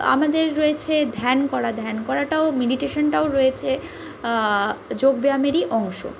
আমাদের রয়েছে ধ্যান করা ধ্যান করাটাও মিনিটেশানটাও রয়েছে যোগব্যায়ামেরই অংশ